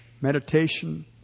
meditation